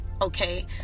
Okay